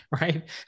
right